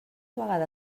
vegada